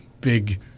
big